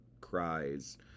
cries